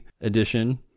edition